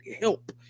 help